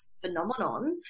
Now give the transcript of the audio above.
phenomenon